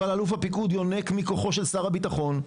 אבל אלוף הפיקוד יונק מכוחו של שר הביטחון.